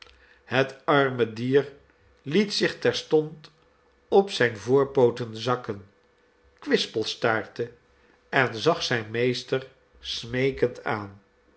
het arme dier liet zich terstond op zijne voorpooten zakken kwispelstaartte en zag zijn meester smeekend aan